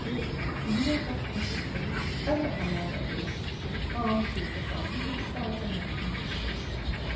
تہٕ یہِ گٔے کَتھ حضرت بلٕچ اَمہِ علاوٕ اگر أسۍ وُچھو عام صوٗرتہِ حالَن منٛز پانٛژَن وقتَن ہٕنٛز اگر أسۍ کَتھ کَرو